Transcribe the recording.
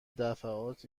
دفعات